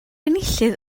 enillydd